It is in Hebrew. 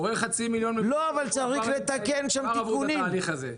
אבל צריך לתקן שם תיקונים.